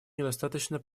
недостаточно